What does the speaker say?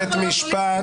בית משפט.